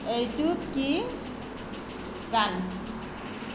এইটো কি গান